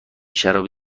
شراب